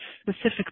specific